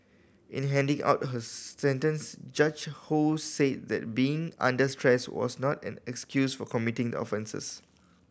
in handing out her sentence Judge Ho said that being under stress was not an excuse for committing the offences